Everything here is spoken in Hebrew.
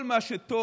כל מה שטוב